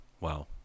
Wow